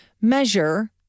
measure